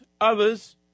others